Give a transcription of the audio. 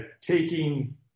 taking